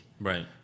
Right